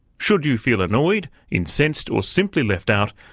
should you feel annoyed, incensed or simply left out,